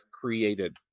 created